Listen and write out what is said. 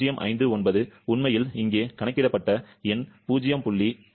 059 உண்மையில் இங்கே கணக்கிடப்பட்ட எண் 0